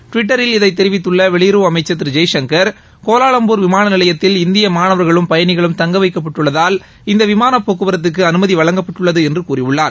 டுவிட்டரில் இதைத் தெரிவித்துள்ள வெளியுறவு அமைச்சர் திரு ஜெய்சங்கர் கோலாவம்பூர் விமான நிலையத்தில் இந்திய மாணவர்களும் பயணிகளும் தங்க வைக்கப்பட்டுள்ளதால் இந்த விமான போக்குவரத்துக்கு அனுமதி வழங்கப்பட்டுள்ளது என்று கூறியுள்ளார்